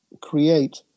create